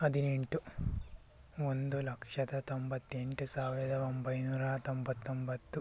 ಹದಿನೆಂಟು ಒಂದು ಲಕ್ಷದ ತೊಂಬತ್ತೆಂಟು ಸಾವಿರದ ಒಂಬೈನೂರ ತೊಂಬತ್ತೊಂಬತ್ತು